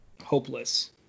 hopeless